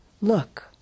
Look